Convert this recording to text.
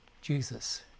Jesus